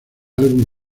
álbum